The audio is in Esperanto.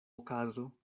okazo